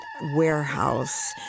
warehouse